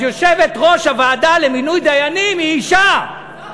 אז יושבת-ראש הוועדה למינוי דיינים היא אישה.